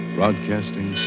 Broadcasting